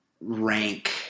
rank